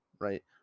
right